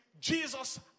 Jesus